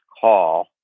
call